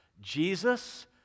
Jesus